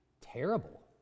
terrible